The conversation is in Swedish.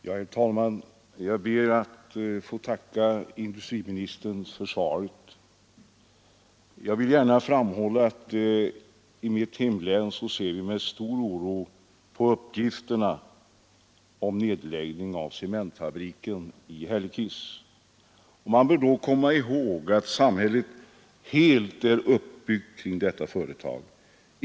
Herr talman! Jag ber att få tacka industriministern för svaret på min enkla fråga. Jag vill framhålla att vi i mitt hemlän ser med stor oro på uppgifterna om nedläggning av cementfabriken i Hällekis. Man bör komma ihåg att samhället helt är uppbyggt kring detta företag.